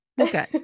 Okay